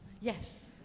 Yes